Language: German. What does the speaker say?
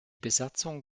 besatzung